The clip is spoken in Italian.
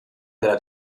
della